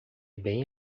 bem